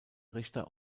richter